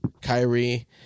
Kyrie